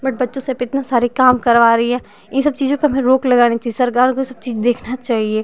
but बच्चों से आप इतना सारे काम करवा रही हैं इ सब चीज़ों पर हमें रोक लगानी चाहिए सरकार को ये सब चीज देखना चाहिए